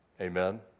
Amen